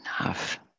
enough